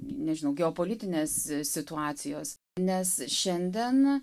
nežinau geopolitinės situacijos nes šiandien